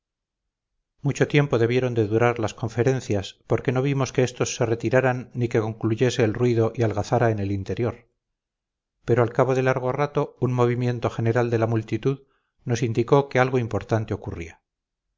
mucho tiempo debieron de durar las conferencias porque no vimos que estos seretiraran ni que concluyese el ruido y algazara en el interior pero al cabo de largo rato un movimiento general de la multitud nos indicó que algo importante ocurría